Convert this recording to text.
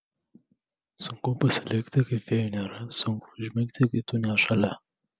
sunku pasilikti kai fėjų nėra sunku užmigti kai tu ne šalia